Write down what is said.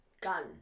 gun